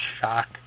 shock